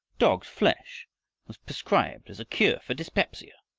dog's flesh was prescribed as a cure for dyspepsia,